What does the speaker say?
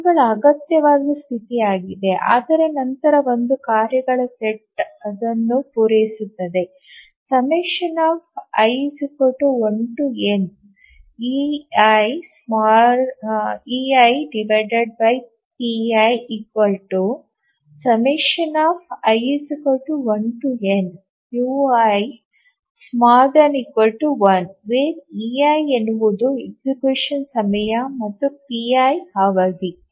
ಇವುಗಳು ಅಗತ್ಯವಾದ ಸ್ಥಿತಿಯಾಗಿದೆ ಆದರೆ ನಂತರ ಒಂದು ಕಾರ್ಯಗಳ ಸೆಟ್ ಇದನ್ನು ಪೂರೈಸುತ್ತದೆ i1neipi i1nui1 where ei ಎನ್ನುವುದು execution ಸಮಯ ಮತ್ತು piಅವಧಿ